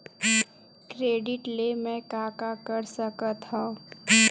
Credit ले मैं का का कर सकत हंव?